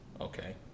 Okay